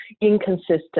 inconsistent